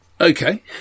Okay